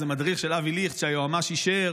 זה מדריך של אבי ליכט שהיועמ"ש אישר,